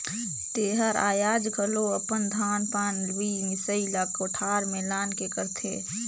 तेहर आयाज घलो अपन धान पान के लुवई मिसई ला कोठार में लान के करथे